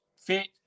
fit